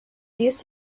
used